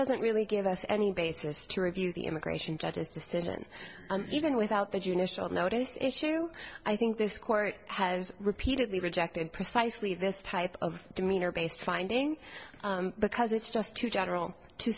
doesn't really give us any basis to review the immigration judge's decision even without the judicial notice issue i think this court has repeatedly rejected precisely this type of demeanor based finding because it's just too general to